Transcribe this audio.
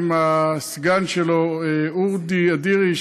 עם הסגן שלו אודי אדירי,